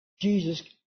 Jesus